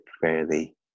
fairly